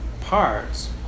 parts